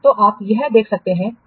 तो आप यहां क्या देख सकते हैं